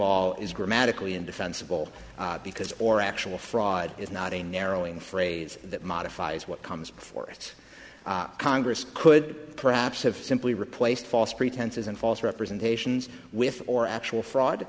all is grammatically indefensible because or actual fraud is not a narrowing phrase that modifies what comes before us congress could perhaps have simply replaced false pretenses and false representations with or actual fraud